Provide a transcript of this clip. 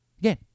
Again